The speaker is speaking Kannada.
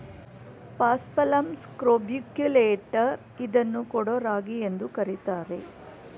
ಪಾಸ್ಪಲಮ್ ಸ್ಕ್ರೋಬಿಕ್ಯುಲೇಟರ್ ಇದನ್ನು ಕೊಡೋ ರಾಗಿ ಎಂದು ಕರಿತಾರೆ